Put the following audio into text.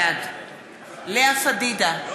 בעד לאה פדידה,